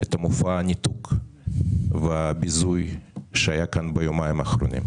את מופע הניתוק והביזוי שהיה כאן ביומיים האחרונים.